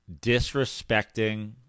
disrespecting